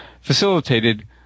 facilitated